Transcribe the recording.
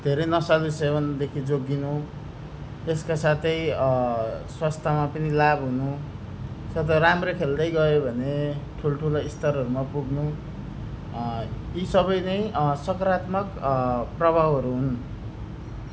धेरै नसालु सेवनदेखि जोगिनु त्यसका साथै स्वास्थ्यमा पनि लाभ हुनु सत राम्रै खेल्दै गयो भने ठुल्ठुलो स्तरहरूमा पुग्नु यी सबै नै सकारात्मक प्रभावहरू हुन्